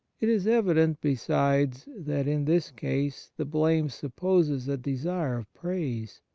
it is evident, besides, that in this case the blame supposes a desire of praise,